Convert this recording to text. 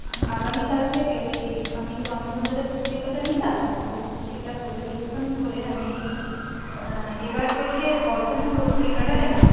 আগ আগামীকাল থেকে ওই আমি তো আনন্দবাজার পত্রিকাটা নিতাম তো সেটা পরিবর্তন করে আমি এবার থেকে বর্তমান পত্রিকাটা নেবো